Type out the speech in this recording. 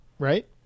Right